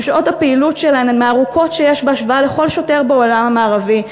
ששעות הפעילות שלהם הן מהארוכות שיש בהשוואה לכל שוטר בעולם המערבי,